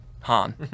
Han